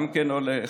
גם כן הולך.